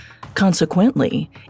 Consequently